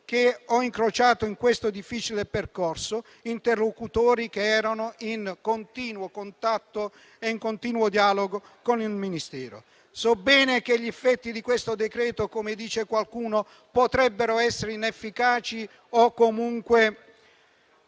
che ho incrociato in questo difficile percorso, interlocutori che erano in continuo contatto e in continuo dialogo con il Ministero. So bene che gli effetti di questo decreto-legge - come dice qualcuno - potrebbero essere inefficaci o comunque